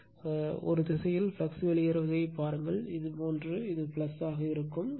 எனவே ஒரு திசையில் ஃப்ளக்ஸ் வெளியேறுவதை பாருங்கள் இதுபோன்று இது ஆக இருக்கும் இது